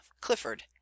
Clifford